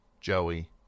Joey